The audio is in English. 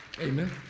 Amen